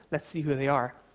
let's see who they are.